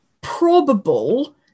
probable